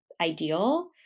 ideal